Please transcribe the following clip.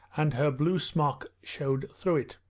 and her blue smock showed through it.